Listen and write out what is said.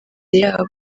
yabo